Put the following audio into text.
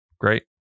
Great